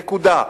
נקודה.